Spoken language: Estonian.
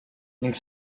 ning